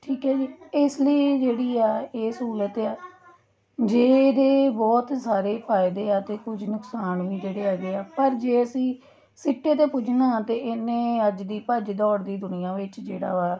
ਠੀਕ ਹੈ ਜੀ ਇਸ ਲਈ ਜਿਹੜੀ ਆ ਇਹ ਸਹੂਲਤ ਆ ਜੇ ਇਹਦੇ ਬਹੁਤ ਸਾਰੇ ਫਾਇਦੇ ਆ ਤਾਂ ਕੁਝ ਨੁਕਸਾਨ ਵੀ ਜਿਹੜੇ ਹੈਗੇ ਆ ਪਰ ਜੇ ਅਸੀਂ ਸਿੱਟੇ 'ਤੇ ਪੁੱਜਣਾ ਤਾਂ ਇਹਨੇ ਅੱਜ ਦੀ ਭੱਜ ਦੌੜ ਦੀ ਦੁਨੀਆ ਵਿੱਚ ਜਿਹੜਾ ਵਾ